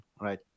right